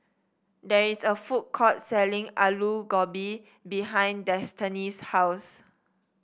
there is a food court selling Alu Gobi behind Destany's house